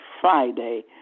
Friday